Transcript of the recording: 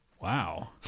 Wow